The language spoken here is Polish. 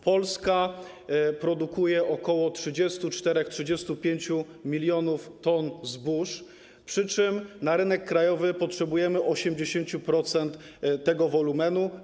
Polska produkuje ok. 34-35 mln t zbóż, przy czym na rynek krajowy potrzebujemy 80% tego wolumenu.